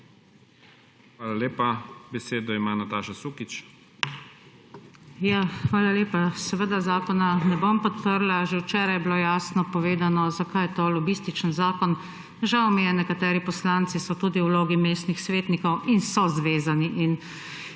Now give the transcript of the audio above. Hvala lepa. Besedo ima Nataša Sukič. NATAŠA SUKIČ (PS Levica): Hvala lepa. Seveda zakona ne bom podprla. Že včeraj je bilo jasno povedano, zakaj je to lobističen zakon. Žal mi je, nekateri poslanci so tudi v vlogi mestnih svetnikov in so zvezani in